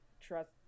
trust